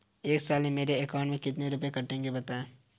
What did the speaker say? एक साल में मेरे अकाउंट से कितने रुपये कटेंगे बताएँ?